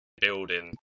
building